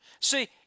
See